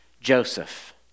Joseph